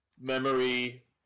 memory